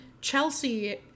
Chelsea